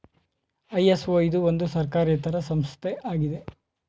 ISO ಇದು ಒಂದು ಸರ್ಕಾರೇತರ ಸಂಸ್ಥೆ ಆಗಿದೆ